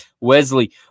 Wesley